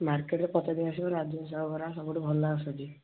ମାର୍କେଟରେ ପଚାରି ଦେଇ ଆସିବ ରାଜେଶ ଦହିବରା ସବୁଠୁ ଭଲ ଆସୁଛି